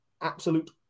absolute